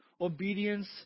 obedience